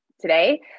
today